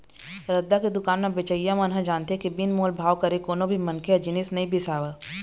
रद्दा के दुकान म बेचइया मन ह जानथे के बिन मोल भाव करे कोनो भी मनखे ह जिनिस नइ बिसावय